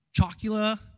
Chocula